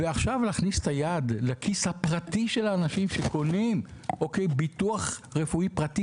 ועכשיו להכניס את היד לכיס הפרטי של האנשים שקונים ביטוח רפואי פרטי,